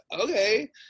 okay